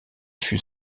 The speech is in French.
fut